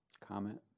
Comment